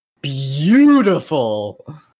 beautiful